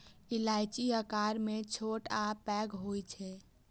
इलायची आकार मे छोट आ पैघ होइ छै